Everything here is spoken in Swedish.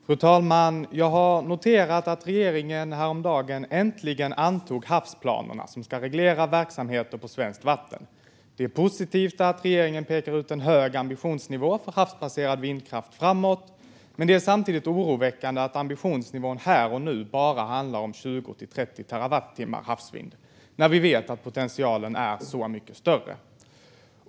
Fru talman! Jag har noterat att regeringen häromdagen äntligen antog havsplanerna, som ska reglera verksamheten på svenskt vatten. Det är positivt att regeringen pekar ut en hög ambitionsnivå för havsbaserad vindkraft för framtiden. Men det är samtidigt oroväckande att ambitionsnivån här och nu bara handlar om 20 till 30 terawattimmar havsvind när vi vet att potentialen är så mycket större.